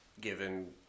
given